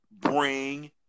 bring